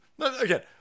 Again